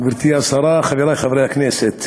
גברתי השרה, חברי חברי הכנסת,